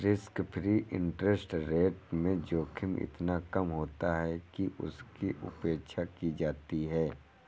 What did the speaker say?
risk free interest rate में जोखिम इतना कम होता है कि उसकी उपेक्षा की जाती है